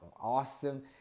awesome